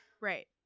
right